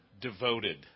devoted